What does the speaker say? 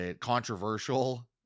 controversial